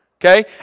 Okay